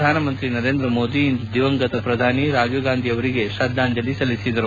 ಪ್ರಧಾನ ಮಂತ್ರಿ ನರೇಂದ್ರ ಮೋದಿ ಇಂದು ದಿವಂಗತ ಪ್ರಧಾನಿ ರಾಜೀವ್ ಗಾಂಧಿ ಅವರಿಗೆ ಶ್ರದ್ದಾಂಜಲಿ ಸಲ್ಲಿಸಿದರು